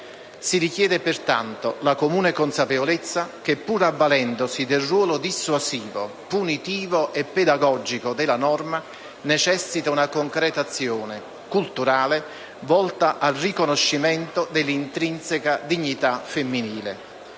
Si richiede pertanto la comune consapevolezza che, pur avvalendosi del ruolo dissuasivo, punitivo e pedagogico della norma, necessita una concreta azione culturale volta al riconoscimento dell'intrinseca dignità femminile.